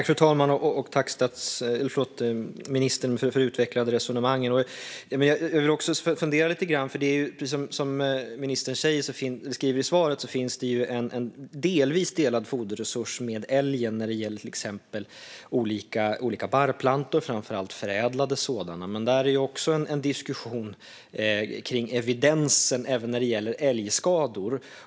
Fru talman! Jag tackar ministern för de utvecklade resonemangen. Precis som ministern sa i sitt svar finns det ju en delvis delad foderresurs med älgen när det gäller till exempel olika barrplantor, framför allt förädlade sådana. Det finns dock en diskussion om evidensen även när det gäller älgskador.